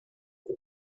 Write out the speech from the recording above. que